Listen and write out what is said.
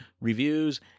reviews